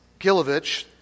Gilovich